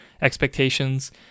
expectations